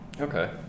Okay